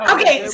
Okay